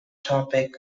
topic